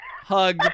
hug